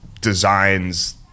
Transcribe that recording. designs